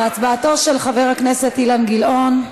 והצבעתו של חבר הכנסת אילן גילאון.